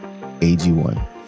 AG1